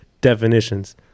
definitions